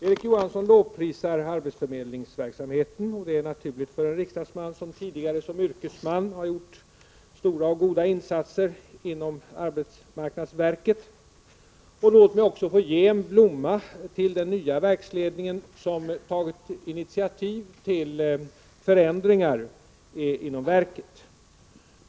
Erik Johansson lovprisar arbetsförmedlingsverksamheten, och det är naturligt för en riksdagsman som tidigare som yrkesman gjort stora och goda insatser inom arbetsmarknadsverket. Låt mig också få ge en blomma till den nya verksledningen, som har tagit initiativ till förändringar inom verket.